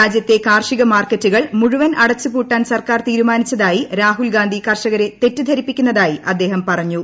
രാജൃത്തെ കാർഷിക മാർക്കറ്റുകൾ മുഴുവൻ ആട്ടച്ചുപൂട്ടാൻ സർക്കാർ തീരുമാനിച്ചതായി രാഹുൽ ഗാന്ധി കർഷ്ടക്ര തെറ്റിദ്ധരിപ്പിക്കുന്നതായി അദ്ദേഹം പറഞ്ഞു